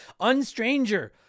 unstranger